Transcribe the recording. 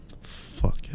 Fuck